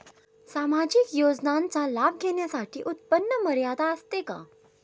सामाजिक योजनांचा लाभ घेण्यासाठी उत्पन्न मर्यादा असते का?